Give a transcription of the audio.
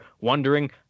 wondering